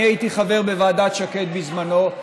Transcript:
אני הייתי חבר בוועדת שקד בזמנו,